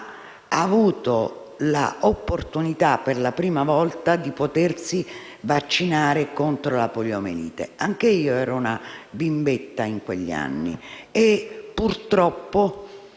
ha avuto l'opportunità, per la prima volta, di potersi vaccinare contro la poliomielite. Anche io era una bimbetta in quegli anni e, purtroppo,